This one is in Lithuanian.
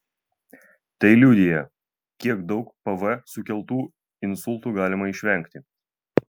tai liudija kiek daug pv sukeltų insultų galima išvengti